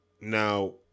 now